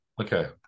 Okay